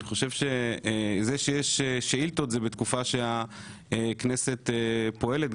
אני חושב שזה שיש שאילתות זה בתקופה שהכנסת פועלת,